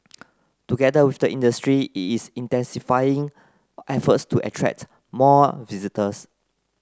together with the industry it is intensifying efforts to attract more visitors